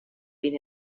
been